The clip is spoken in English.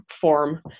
form